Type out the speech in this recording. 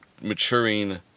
maturing